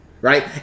right